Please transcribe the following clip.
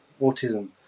autism